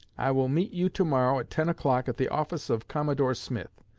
i will meet you to-morrow at ten o'clock, at the office of commodore smith,